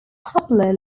poplar